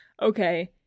okay